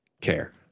care